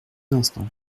instants